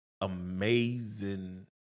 amazing